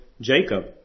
Jacob